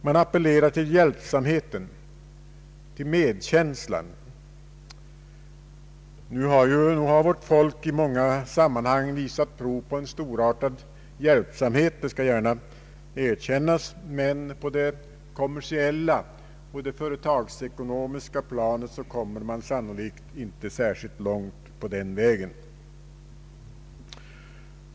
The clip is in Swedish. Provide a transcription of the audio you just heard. Man appellerar till hjälpsamheten, till medkänslan. Nog har vårt folk i många sammanhang visat prov på en storartad hjälpsamhet — det skall gärna erkännas — men på det kommersiella och det företagsekonomiska pla Ang. regionalpolitiken net kommer man sannolikt inte särdeles långt på den vägen.